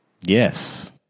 Yes